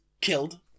killed